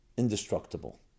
indestructible